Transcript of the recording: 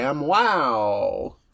wow